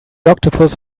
octopus